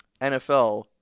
NFL